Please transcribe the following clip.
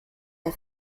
der